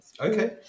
okay